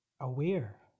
aware